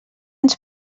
ens